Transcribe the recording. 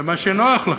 במה שנוח לכם,